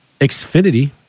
Xfinity